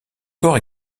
corps